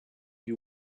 you